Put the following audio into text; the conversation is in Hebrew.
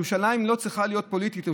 ירושלים לא צריכה להיות פוליטית.